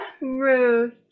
Ruth